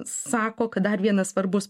sako kad dar vienas svarbus